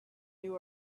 new